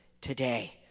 today